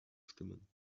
stimmen